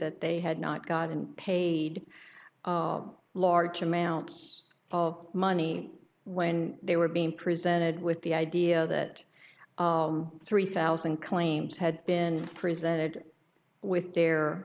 that they had not gotten paid large amounts of money when they were being presented with the idea that three thousand claims had been presented with their